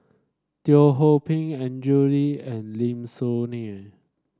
Teo Ho Pin Andrew Lee and Lim Soo Ngee